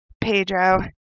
Pedro